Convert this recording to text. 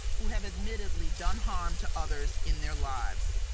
who have admittedly done harm to others in their lives.